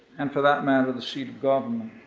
and for that matter the seat of government.